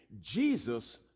Jesus